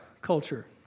Culture